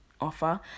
offer